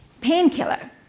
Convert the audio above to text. painkiller